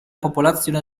popolazione